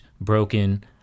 broken